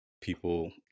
people